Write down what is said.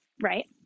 Right